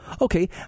Okay